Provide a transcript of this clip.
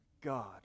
God